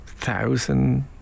Thousand